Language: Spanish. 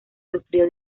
sufrido